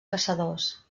caçadors